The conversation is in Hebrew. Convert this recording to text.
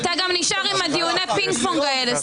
אתה גם נשאר עם דיוני הפינג-פונג האלה,